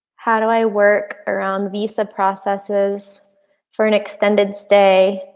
how do i work around visa processes for an extended stay.